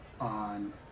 on